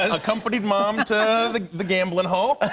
and accompanied mom to the the gambling hall.